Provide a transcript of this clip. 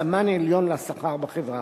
סמן עליון לשכר בחברה.